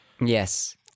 Yes